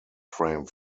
frame